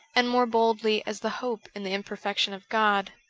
and more boldly as the hope in the imperfection of god.